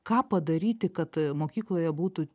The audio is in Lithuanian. ką padaryti kad mokykloje būtų